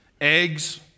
Eggs